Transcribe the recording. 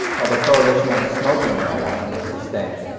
while the prohibition on smoking marijuana was sustained.